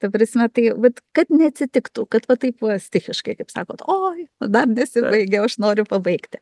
ta prasme tai vat kad neatsitiktų kad va taip va stichiškai kaip sakot oi dar nesibaigė o aš noriu pabaigti